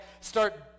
start